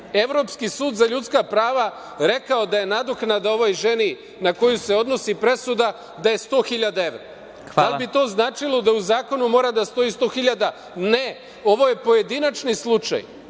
Evropski sud za ljudska prava rekao da je nadoknada ovoj ženi na kojoj se odnosi presuda 100.000,00 evra? Da li bi to značilo da u zakonu mora da stoji 100.000,00? Ne, ovo je pojedinačni slučaj.